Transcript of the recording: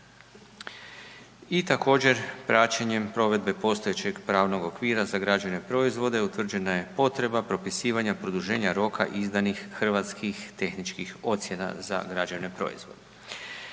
i također praćenjem provedbe postojećeg pravnog okvira za građevne proizvode utvrđena je potreba propisivanja produženja roka izdanih hrvatskih tehničkih ocjena za građevne proizvode.